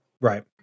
Right